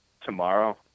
tomorrow